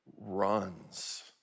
runs